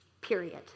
period